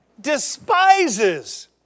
despises